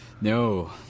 no